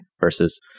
versus